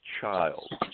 child